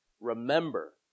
Remember